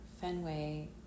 Fenway